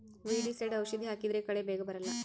weedicide ಔಷಧಿ ಹಾಕಿದ್ರೆ ಕಳೆ ಬೇಗ ಬರಲ್ಲ